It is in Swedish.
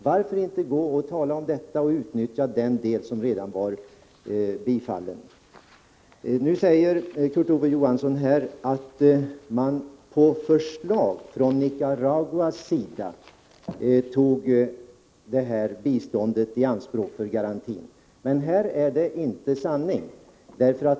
Varför inte utnyttja vad som redan hade bifallits? Nu sade Kurt Ove Johansson att man på Nicaraguas förslag tog det här biståndet i anspråk för garantin. Men detta är inte sanning.